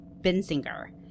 Benzinger